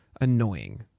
annoying